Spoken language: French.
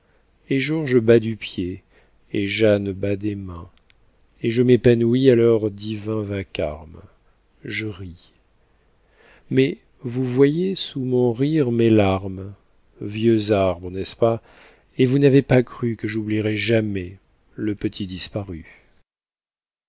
et georges bat du pied et jeanne bat des mains et je m'épanouis à leurs divins vacarmes je ris mais vous voyez sous mon rire mes larmes vieux arbres n'est-ce pas et vous n'avez pas cru que j'oublierai jamais le petit disparu